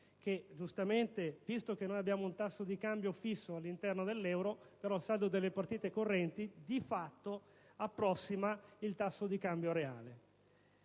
(giustamente, visto che abbiamo un tasso di cambio fisso all'interno dell'euro; però, il saldo delle partite correnti, di fatto, approssima il tasso di cambio reale),